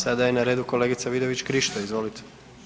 Sada je na redu kolegica Vidović Krišto, izvolite.